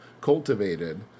cultivated